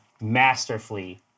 Masterfully